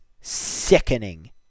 sickening